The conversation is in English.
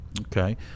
Okay